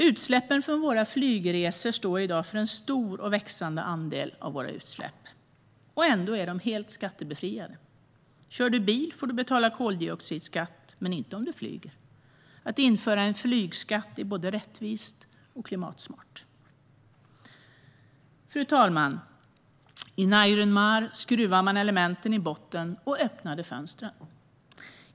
Utsläppen från våra flygresor står i dag för en stor och växande andel av våra utsläpp. Och ändå är de helt skattebefriade. Om man kör bil får man betala koldioxidskatt men inte om man flyger. Att införa en flygskatt är både rättvist och klimatsmart. Fru talman! I Narjan-Mar skruvade man elementen i botten och öppnade fönstren.